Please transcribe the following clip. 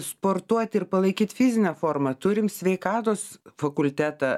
sportuot ir palaikyt fizinę formą turim sveikatos fakultetą